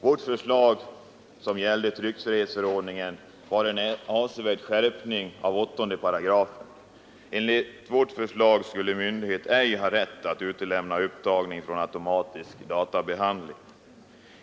Vårt förslag, som gällde tryckfrihetsförordningen, var en avsevärd skärpning av 8§, så att myndighet ej skulle ha rätt att utlämna upptagning för automatisk databehandling.